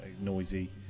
noisy